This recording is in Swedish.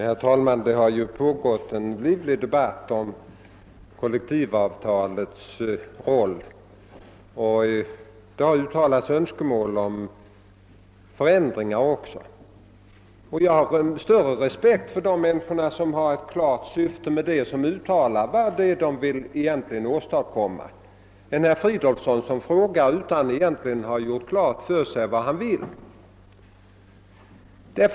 Herr talman! Det har mycket riktigt pågått en livlig debatt om kollektivavtalens roll, och det har därvid också uttalats önskemål om förändringar. Jag har emellertid större respekt för de personer som har ett klart syfte med sina uttalanden än för herr Fridolfsson som agerar utan att ha klart för sig vart han vill komma.